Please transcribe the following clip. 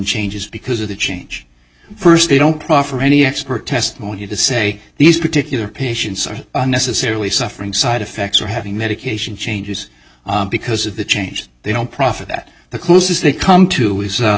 changes because of the change first they don't proffer any expert testimony to say these particular patients are necessarily suffering side effects or having medication changes because of the change they don't profit that the closest they come to